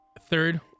third